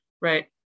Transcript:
right